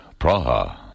Praha